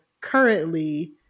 currently